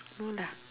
no lah